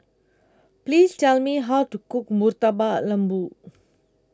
Please Tell Me How to Cook Murtabak Lembu